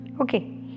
Okay